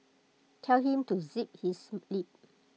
tell him to zip his lip